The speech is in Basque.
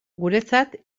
guretzat